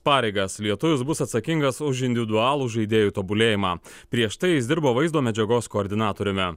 pareigas lietuvis bus atsakingas už individualų žaidėjų tobulėjimą prieš tai jis dirbo vaizdo medžiagos koordinatoriumi